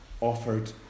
offered